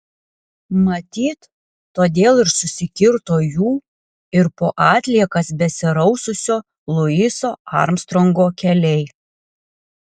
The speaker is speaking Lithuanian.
matyt todėl ir susikirto jų ir po atliekas besiraususio luiso armstrongo keliai